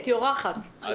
הייתי אורחת.